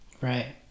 right